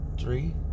three